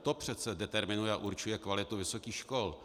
To přece determinuje a určuje kvalitu vysokých škol.